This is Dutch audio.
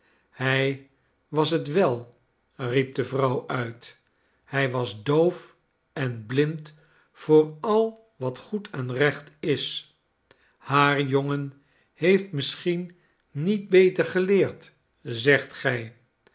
hij was het wel riep de vrouw uit hij was doof en blind voor al wat goed en recht is haar jongen heeft misschien niet beter geleerd zegt gij